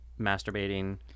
masturbating